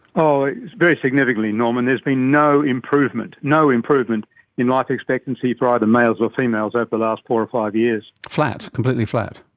very significantly, norman, there's been no improvement no improvement in life expectancy for either males or females over the last four or five years. flat, completely flat?